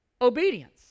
obedience